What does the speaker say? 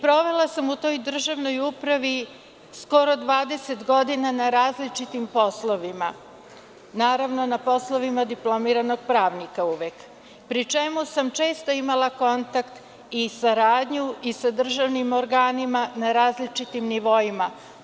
Provela sam u toj državnoj upravi skoro 20 godina na različitim poslovima, naravno, na poslovima diplomiranog pravnika uvek, pri čemu sam često imala kontakt i saradnju i sa državnim organima na različitim nivoima.